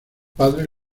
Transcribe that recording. padres